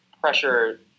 pressure